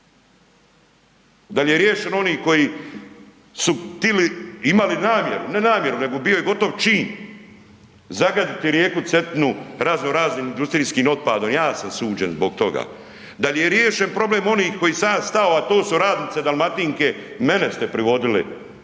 Da li je riješeno oni koji su tili imali namjeru, ne namjeru nego bio je gotov zagaditi rijeku Cetinu razno raznim industrijskim otpadom? Ja sam suđen zbog toga. Da li je riješen problem onih koji sam ja stao, a to su radnice Dalmatinke? Mene ste privodili,